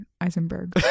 Eisenberg